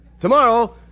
Tomorrow